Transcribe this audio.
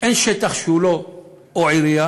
אין שטח שהוא לא או עירייה